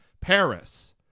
Paris